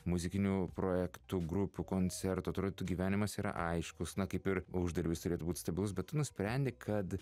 muzikinių projektų grupių koncertų atrodytų gyvenimas yra aiškus kaip ir uždarbis turėtų būt stabilus bet tu nusprendi kad